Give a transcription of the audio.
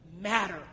matter